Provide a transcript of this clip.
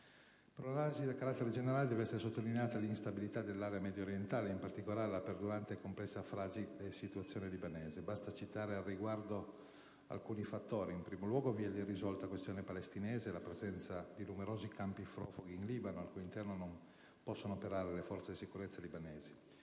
Per un'analisi a carattere generale deve essere sottolineata l'instabilità dell'area mediorientale, in particolare la perdurante, complessa e fragile situazione libanese. Basti citare al riguardo questi fattori. In primo luogo, vi è l'irrisolta questione palestinese e la presenza di numerosi campi profughi in Libano, al cui interno non possono operare le forze di sicurezza libanesi.